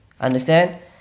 Understand